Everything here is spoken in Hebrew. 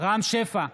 רם שפע,